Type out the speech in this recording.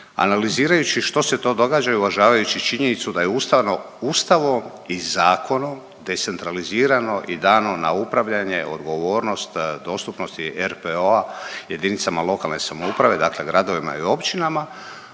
Analizirajući što se to događa i uvažavajući činjenicu da je Ustavom i zakonom decentralizirano i dano na upravljanje odgovornost, dostupnosti RPO-a jedinicama lokalne samouprave, dakle gradovima i općinama,